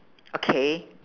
okay